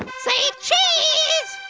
say cheese!